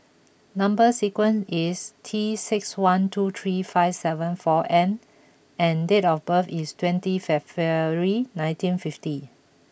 number sequence is T six one two three five seven four N and date of birth is twenty February nineteen fifty